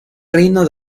reino